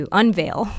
unveil